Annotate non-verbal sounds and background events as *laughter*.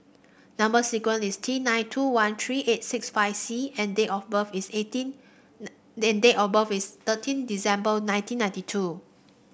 number sequence is T nine two one three eight six five C and date of birth is eighteen *unintelligible* and date of birth is thirteen December nineteen ninety two